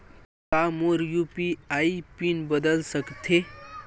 का मोर UPI PIN बदल सकथे?